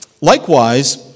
Likewise